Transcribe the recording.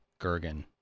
Gergen